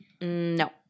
no